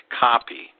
copy